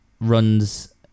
runs